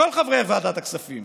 כל חברי ועדת הכספים,